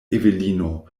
evelino